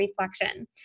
reflection